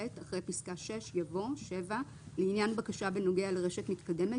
אחרי פסקה (6) יבוא: "(7)לעניין בקשה בנגוע לרשת המתקדמת